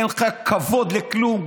אין לך כבוד לכלום,